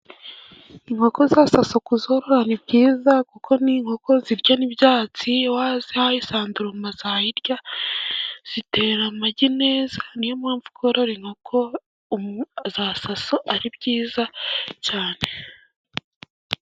Inkoko za saso kuzorora ni byiza, kuko ni inkoko zirya n'ibyatsi. Wazihaye isanduruma zayirya. Zitera amagi neza ni yo mpamvu korora inkoko za saso ari byiza cyane.